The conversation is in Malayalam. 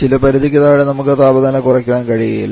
ചില പരിധിക്ക് താഴെ നമുക്ക് താപനില കുറയ്ക്കാൻ കഴിയുകയില്ല